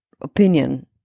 opinion